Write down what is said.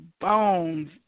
bones